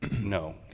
No